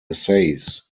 essays